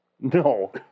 No